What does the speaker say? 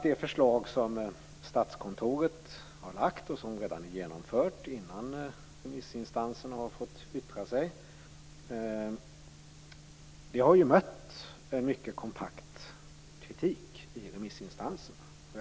Det förslag som Statskontoret har lagt fram och som redan är genomfört - detta innan remissinstanserna fått yttra sig - har mött en kompakt kritik hos remissinstanserna.